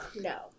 no